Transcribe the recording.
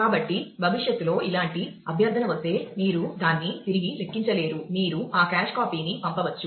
కాబట్టి భవిష్యత్తులో ఇలాంటి అభ్యర్థన వస్తే మీరు దాన్ని తిరిగి లెక్కించలేరు మీరు ఆ కాష్ కాపీని పంపవచ్చు